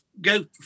go